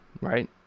right